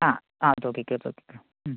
ആ ആ തൂക്കിക്കോ തൂക്കിക്കോ